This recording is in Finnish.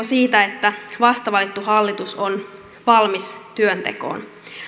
siitä että vastavalittu hallitus on valmis työntekoon